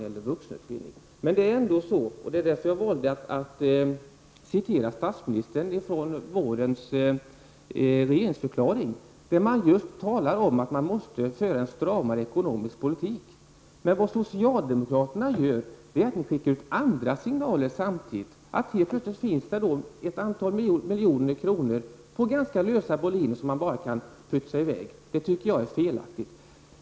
Jag valde att i mitt tidigare anförande citera det statsministern sade i vårens regeringsförklaring. Där talar han just om att man måste föra en stramare ekonomisk politik. Men det socialdemokraterna gör är att de skickar ut andra signaler samtidigt. Helt plötsligt finns det ett antal miljoner kronor som man bara kan pytsa i väg på ganska lösa boliner. Det tycker jag är felaktigt.